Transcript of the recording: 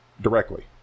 directly